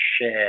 share